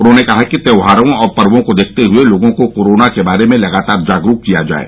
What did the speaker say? उन्होंने कहा कि त्यौहारों और पर्वो को देखते हुए लोगों को कोरोना के बारे में लगातार जागरूक किया जाये